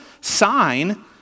sign